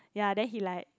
ya then he like